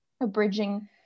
abridging